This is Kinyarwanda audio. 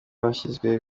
washyizwe